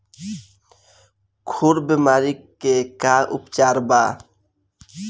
खुर बीमारी के का उपचार बा?